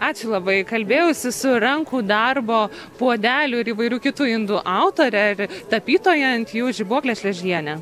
ačiū labai kalbėjausi su rankų darbo puodelių ir įvairių kitų indų autoreir tapytoja ant jų žibuoklė šležienė